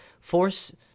force